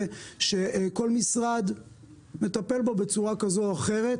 שכל משרד מטפל בו בצורה כזו או אחרת.